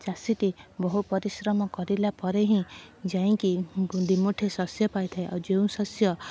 ଚାଷୀଟି ବହୁ ପରିଶ୍ରମ କରିଲା ପରେ ହିଁ ଯାଇକି ଦୁଇମୁଠି ଶସ୍ୟ ପାଇଥାଏ ଆଉ ଯେଉଁ ଶସ୍ୟ